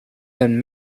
than